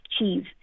achieve